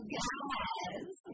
guys